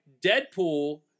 Deadpool